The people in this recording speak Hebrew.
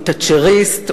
הוא תאצ'ריסט,